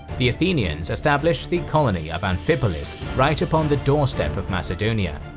the athenians established the colony of amphipolis right upon the doorstep of macedonia.